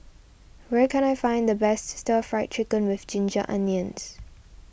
where can I find the best Stir Fry Chicken with Ginger Onions